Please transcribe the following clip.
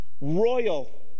royal